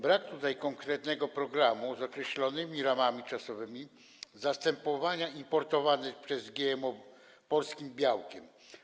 Brak konkretnego programu z określonymi ramami czasowymi zastępowania importowanych pasz z GMO polskim białkiem.